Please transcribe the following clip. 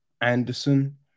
Anderson